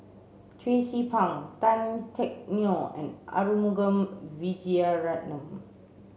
Tracie Pang Tan Teck Neo and Arumugam Vijiaratnam